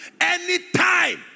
Anytime